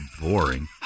boring